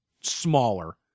smaller